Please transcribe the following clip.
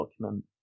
document